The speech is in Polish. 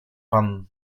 pan